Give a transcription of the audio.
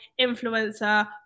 Influencer